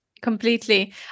Completely